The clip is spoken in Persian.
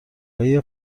های